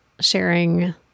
sharing